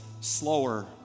slower